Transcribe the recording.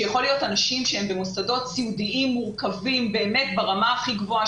יכולים להיות אנשים שהם במוסדות סיעודיים מורכבים באמת ברמה הכי גבוהה,